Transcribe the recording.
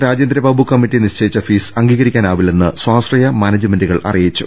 Rajendrababu committee നിശ്ചയിച്ച fees അംഗീകരിക്കാനാവില്ലെന്ന് സ്വാശ്രയ മാനേജുമെന്റുകൾ അറിയിച്ചു